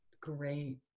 Great